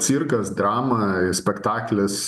cirkas drama spektaklis